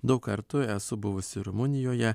daug kartų esu buvusi rumunijoje